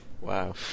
Wow